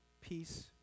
peace